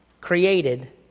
created